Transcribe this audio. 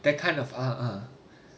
that kind of ah ah